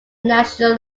national